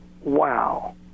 wow